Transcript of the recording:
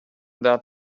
that